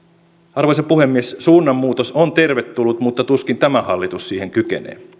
arvoisa puhemies suunnanmuutos on tervetullut mutta tuskin tämä hallitus siihen kykenee